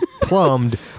plumbed